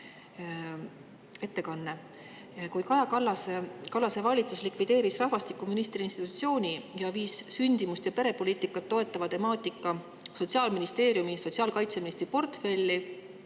ettekanne. Kui Kaja Kallase valitsus likvideeris rahvastikuministri institutsiooni ja viis sündimust ja perepoliitikat toetava temaatika Sotsiaalministeeriumisse sotsiaalkaitseministri portfelli,